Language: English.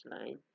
line